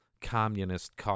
communist